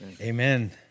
Amen